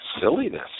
silliness